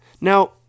Now